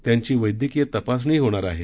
त्यांची वैद्यकीय तपासणीही होणार आहे